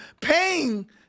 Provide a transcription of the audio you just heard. paying